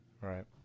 right